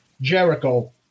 Jericho